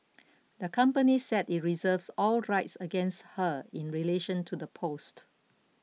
the company said it reserves all rights against her in relation to the post